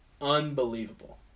unbelievable